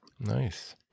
Nice